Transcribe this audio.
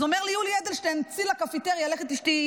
אז אמר לי יולי אדלשטיין, צאי לקפטריה, לכי תשתי.